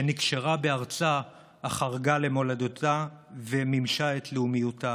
שנקשרה בארצה אך ערגה למולדתה ומימשה את לאומיותה.